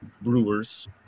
brewers